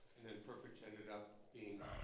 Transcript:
and then perpich ended up being